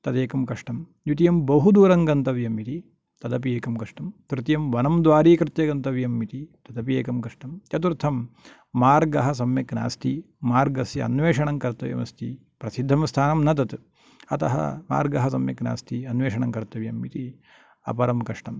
तदेकं कष्टं द्वितीयं बहुदूरं गन्तव्यम् इति तदपि एकं कष्टं तृतीयं वनं द्वारीकृत्य गन्तव्यम् इति तदपि एकं कष्टं चतुर्थं मार्गः सम्यक् नास्ति मार्गस्य अन्वेषणं कर्तव्यम् अस्ति प्रसिद्धं स्थानं न तत् अतः मार्गः सम्यक् नास्ति अन्वेषणं कर्तव्यम् इति अपरं कष्टं